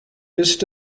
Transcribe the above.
ist